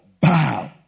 bow